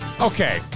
okay